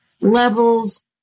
levels